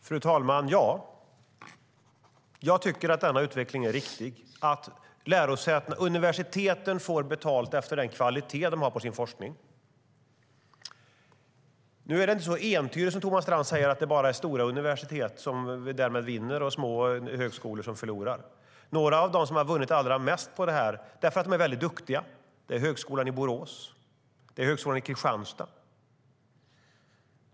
Fru talman! Ja, jag tycker att den utvecklingen är riktig, att universiteten får betalt efter den kvalitet de har på sin forskning. Nu är det inte så entydigt som Thomas Strand säger, att det bara är stora universitet som därmed vinner och små högskolor som förlorar. Några av dem som vunnit allra mest på det här, för att de är väldigt duktiga, är Högskolan i Borås och Högskolan Kristianstad.